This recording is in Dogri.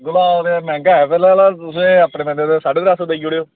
गुलाब दा मैहंगा ऐ पर तुस अपने बंदे थोह्ड़े घट्ट देई ओड़ो